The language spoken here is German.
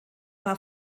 war